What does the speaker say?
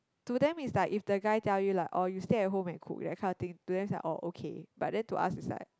to them is like if the guy tell you like oh you stay at home and cook that kind of thing to them is like oh okay but then to us is like